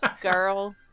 girl